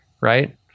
Right